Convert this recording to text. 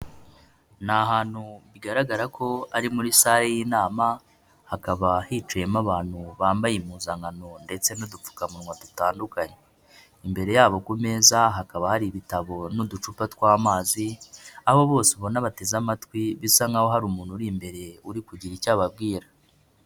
Ni ahantu bigaragara ko ari muri sale y'inama, hakaba hicayemo abantu bambaye impuzankano ndetse n'udupfukamunwa dutandukanye. Imbere yabo ku meza, hakaba hari ibitabo n'uducupa tw'amazi, aho bose ubona bateze amatwi, bisa nkaho hari umuntu uri imbere uri kugira icyo ababwira.